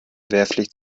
wehrpflicht